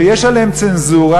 שיש בהם צנזורה,